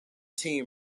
team